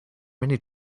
many